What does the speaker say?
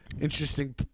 interesting